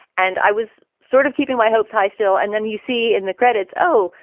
and i was sort of keeping my hopes high still. and then you see in the credits, oh,